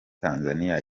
tanzaniya